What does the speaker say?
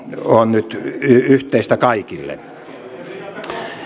on nyt yhteistä kaikille